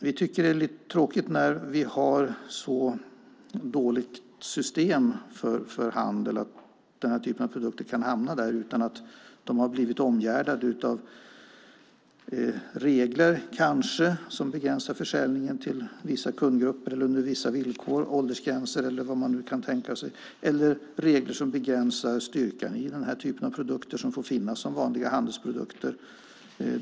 Vi tycker att det är lite tråkigt att vi har ett så dåligt system för handel att den här typen av produkter kan hamna där utan att de har blivit omgärdade av regler som kanske begränsar försäljningen till vissa kundgrupper, villkor, åldersgränser eller vad man nu kan tänka sig. Det kan också handla om regler som begränsar styrkan i den här typen av produkter som får finnas som vanliga handelsprodukter.